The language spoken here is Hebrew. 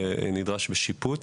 שנדרש לשיפוץ.